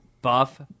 Buff